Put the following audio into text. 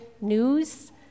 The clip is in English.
news